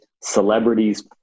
celebrities